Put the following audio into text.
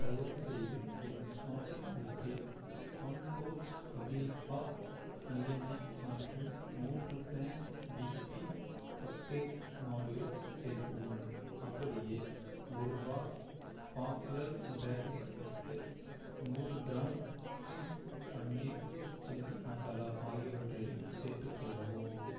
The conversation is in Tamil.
தயவுசெய்து என் ஷாப்பிங் லிஸ்டில் ஒன் பவுச் கபீவா நல்லெண்ணெய் மற்றும் மூன்று பேக் டிபி கப் கேக் மால்டுயூஸ் சேர்க்கவும் அப்படியே ஒரு பாக்ஸ் பாப்புலர் பேக்கரி பிஸ்கேட்ஸ் நூறு gram Chings paneer chilli masala ஆகியவற்றையும் சேர்த்துக்கொள்ளவும்